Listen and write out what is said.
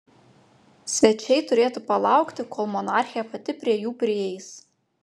svečiai turėtų palaukti kol monarchė pati prie jų prieis